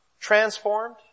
Transformed